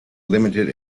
limited